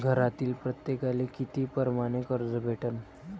घरातील प्रत्येकाले किती परमाने कर्ज भेटन?